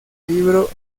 libro